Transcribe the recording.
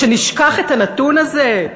שנשכח את הנתון הזה?